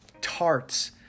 tarts